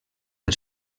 del